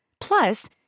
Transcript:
Plus